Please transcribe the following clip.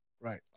right